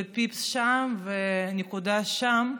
פיפס שם ונקודה שם,